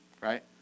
Right